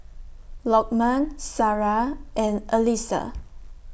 Lokman Sarah and Alyssa